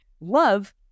love